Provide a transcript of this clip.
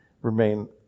remain